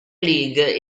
league